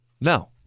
No